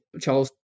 Charles